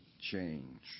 change